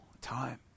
time